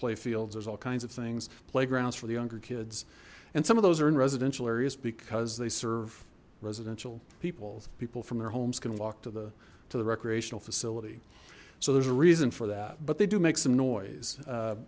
play fields there's all kinds of things playgrounds for the younger kids and some of those are in residential areas because they serve residential people people from their homes can walk to the to the recreational facility so there's a reason for that but they do make some noise